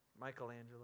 Michelangelo